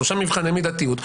יש שלושה מבחני מידתיות.